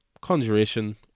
conjuration